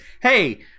hey